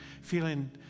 feeling